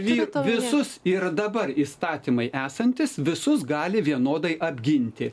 visus ir dabar įstatymai esantis visus gali vienodai apginti